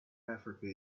africa